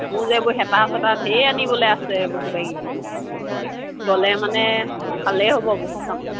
মোৰ যে এইবোৰ হেতা চেতা ধেৰ আনিবলৈ আছে এইবোৰ কিবা কিবি গ'লে মানে ভালেই হ'ব বহুত কামত